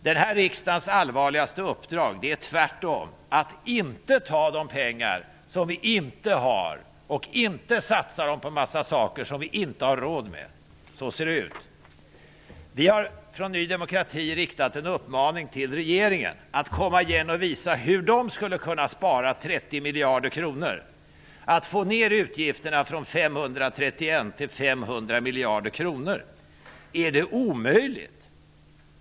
Det är tvärtom riksdagens allvarligaste uppdrag att inte ta de pengar som vi inte har och inte satsa dem på en massa saker som vi inte har råd med. Så ser det ut. Vi har från Ny demokrati riktat en uppmaning till regeringen, att komma igen och visa hur man skall kunna spara 30 miljarder kronor, att få ned utgifterna från 531 till 500 miljarder kronor. Är det omöjligt?